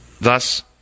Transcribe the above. Thus